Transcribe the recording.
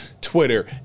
Twitter